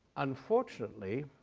unfortunately,